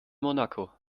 monaco